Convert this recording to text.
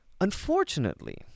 Unfortunately